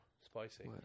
spicy